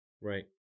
Right